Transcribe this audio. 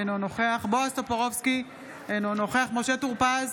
אינו נוכח בועז טופורובסקי, אינו נוכח משה טור פז,